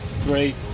three